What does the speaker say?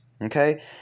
Okay